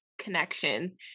connections